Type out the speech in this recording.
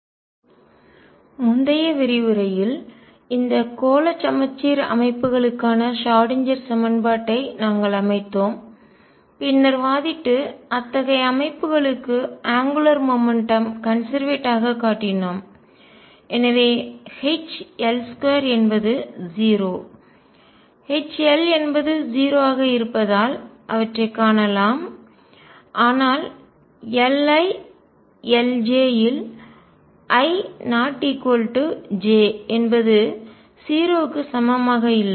கோண உந்த ஆபரேட்டர் மற்றும் அதன் ஐகன்ஃபங்க்ஷன்ஸ் முந்தைய விரிவுரையில் இந்த கோள சமச்சீர் அமைப்புகளுக்கான ஷ்ராடின்ஜெர் சமன்பாட்டை நாங்கள் அமைத்தோம் பின்னர் வாதிட்டு அத்தகைய அமைப்புகளுக்கு அங்குலார் மொமெண்ட்டம் கோண உந்தம் கன்செர்வேட்ஆக காட்டினோம் எனவே H L2 என்பது 0 H L என்பது 0 ஆக இருப்பதால் அவற்றைக் காணலாம் ஆனால் Li L j யில் i ≠ j என்பது 0 க்கு சமமாக இல்லை